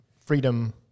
freedom